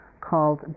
called